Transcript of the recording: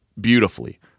beautifully